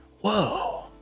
whoa